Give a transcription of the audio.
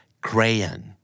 crayon